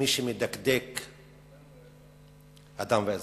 האדם והאזרח.